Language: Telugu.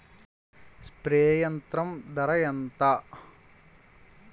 స్ప్రే యంత్రం ధర ఏంతా?